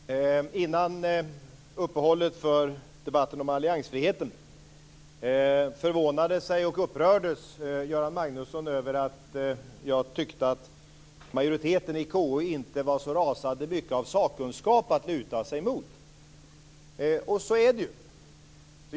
Fru talman! Före uppehållet för debatten om alliansfriheten förvånades och upprördes Göran Magnusson över att jag tyckte att majoriteten i KU inte var så rasande mycket av sakkunskap att luta sig mot, och så är det ju.